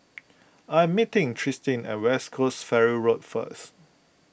I am meeting Tristin at West Coast Ferry Road first